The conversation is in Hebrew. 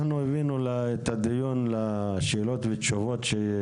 אנחנו הבאנו את הדיון לכך שיש שאלות ותשובות.